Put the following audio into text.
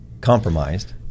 compromised